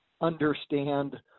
understand